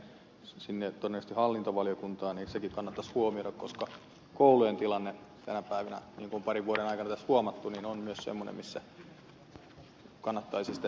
sitten kun tämä menee todennäköisesti hallintovaliokuntaan niin sekin kannattaisi huomioida koska koulujen tilanne tänä päivänä niin kuin tässä parin vuoden aikana on huomattu on myös sellainen että kannattaisi sitä järjestyksenvalvontaa mahdollistaa